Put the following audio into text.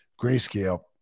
Grayscale